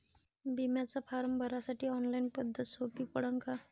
बिम्याचा फारम भरासाठी ऑनलाईन पद्धत सोपी पडन का?